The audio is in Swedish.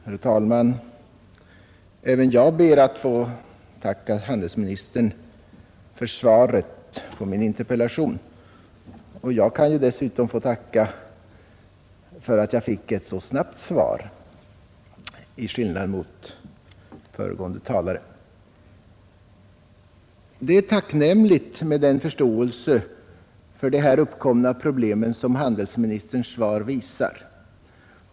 Herr talman! Även jag ber att få tacka handelsministern för svaret på min interpellation, och jag kan dessutom tacka för att jag fick ett så snabbt svar till skillnad från föregående talare. Det är tacknämligt med den förståelse för de här uppkomna problemen som handelsministerns svar visar.